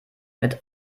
mit